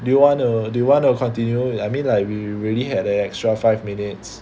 do you want to do you want to continue I mean like we really had an extra five minutes